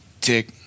tick